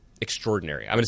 Extraordinary